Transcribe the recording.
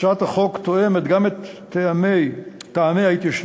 הצעת החוק תואמת גם את טעמי ההתיישנות,